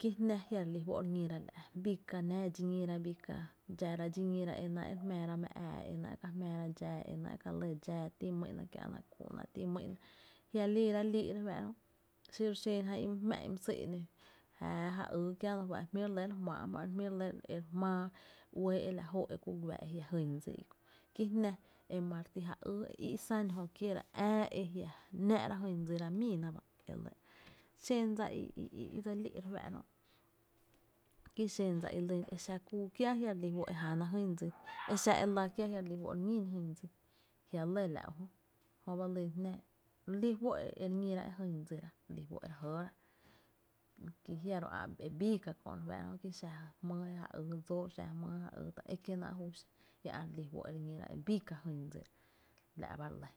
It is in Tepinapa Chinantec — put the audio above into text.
kí jná jia’ re lí fó’ re ñíra la’, bii ka nⱥⱥ dxi ñíra bii ka dxara dxi ñíra e náá’ e re jmⱥⱥra mⱥ äa e náá’ ka jmⱥⱥra dxáá enáá’ e ka lɇ dxaa ti’n mýna kiá’na kúu’na e ti’n my’na, jia’ liira lii’ re fáá’ra jö xiro xen jan i my jmⱥ’ my sÿ’no, jáaá ja yy kiäno ejuá’n jmí’ re lɇ re jmⱥⱥ’ e juá’n jmí’ re lɇ ere jmaa uɇɇ e fá’n e lajoo ku gua e jia’ jyn dsi i i, kí jná e mare ti ja yy i’ san jö kieera ⱥⱥ e jia’ náá’ra e jyn dsi míina ba e lɇ, xen dsa i i dse lí’ e re fáá’ra jö ki xen dsa i lýn a exá kuu kiää a jia’ re lí fó’ e jana jyn dsi, exa e lⱥ kiää a jia’ re lí fó’ re ñín e jyn dsin jia’ lɇ la’ UjÖ, köö e lýn jná, re lí fó’ e re ñira e jyn dsira e re ñíra e re jëëra, ki jia’ ro e ä’ bii ka kö’ ki xa jmýy je ja yy dsóo, xa jmýy je ja yy t a é kié’ náá’ juu xa a jia’ ä re lí fó’ e re ñíra e bii ka’ jyn dsira, la’ ba re lɇ.